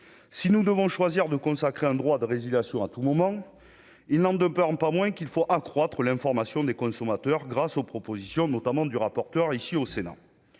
si nous devons choisir de consacrer un droit de résiliation à tout moment, il n'en demeure en pas moins qu'il faut accroître l'information des consommateurs grâce aux propositions notamment du rapporteur ici au Sénat,